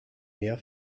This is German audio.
mehr